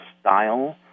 style